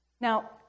now